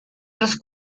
los